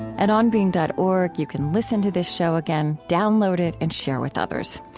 at onbeing dot org, you can listen to this show again, download it, and share with others.